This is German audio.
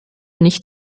nicht